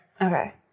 Okay